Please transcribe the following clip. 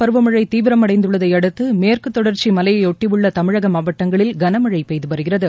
பருவமழை தீவிரமடைந்துள்ளதை தென்மேற்கு அடுத்து மேற்கு தொடர்ச்சி மலையைபொட்டியுள்ள தமிழக மாவட்டங்களில் கனமழை பெய்து வருகிறது